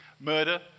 Murder